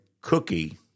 cookie